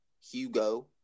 Hugo